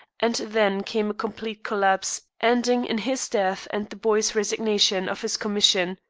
and then came a complete collapse, ending in his death and the boy's resignation of his commission.